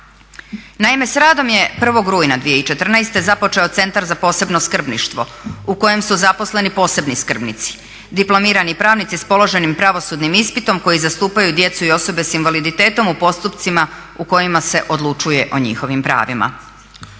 Naime, s radom je 1. rujna 2014. započeo Centar za posebno skrbništvo u kojem su zaposleni posebni skrbnici. Diplomirani pravnici s položenim pravosudnim ispitom koji zastupaju djecu i osobe s invaliditetom u postupcima u kojima se odlučuje o njihovim pravima.